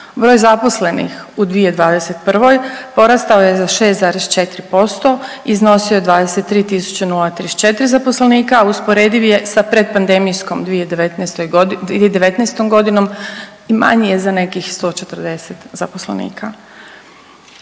Broj zaposlenih u 2021. porastao je za 6,4%, iznosio je 23 tisuće 034 zaposlenika, a usporediv je sa pretpandemijskom 2019. godinom, manji je za nekih 140 zaposlenika.